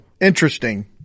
interesting